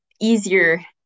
easier